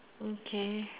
okay